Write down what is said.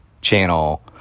channel